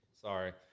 Sorry